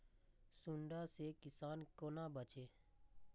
सुंडा से किसान कोना बचे?